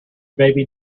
baby